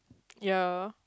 ya